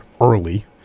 early